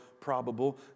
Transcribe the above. Probable